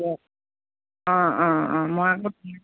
অঁ অঁ অঁ মই আকৌ